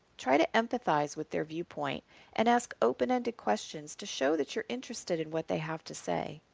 try to empathize with their viewpoint and ask open-ended questions to show that you are interested in what they have to say.